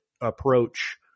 approach